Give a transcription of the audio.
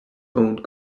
owned